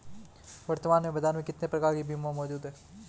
वर्तमान में बाज़ार में कितने प्रकार के बीमा मौजूद हैं?